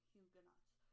Huguenots